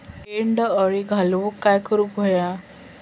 बोंड अळी घालवूक काय करू व्हया?